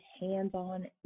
hands-on